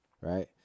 right